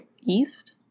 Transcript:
East